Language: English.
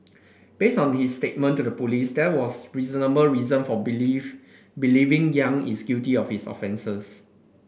based on his statement to the police there was reasonable reason for believe believing Yang is guilty of his offences